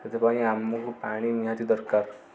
ସେଥିପାଇଁ ଆମକୁ ପାଣି ନିହାତି ଦରକାର